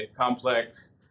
complex